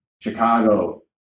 Chicago